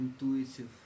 intuitive